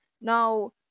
Now